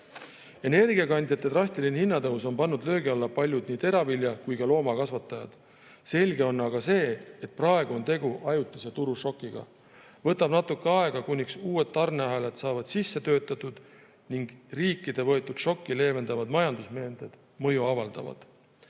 Energiakandjate hinna drastiline tõus on pannud löögi alla paljud nii teravilja‑ kui ka loomakasvatajad. Selge on aga see, et praegu on tegu ajutise turušokiga. Võtab natukene aega, kuni uued tarneahelad saavad sisse töötatud ning riikide võetud, šokki leevendavad majandusmeetmed mõju hakkavad